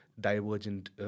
divergent